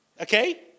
okay